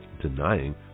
denying